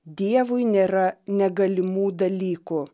dievui nėra negalimų dalykų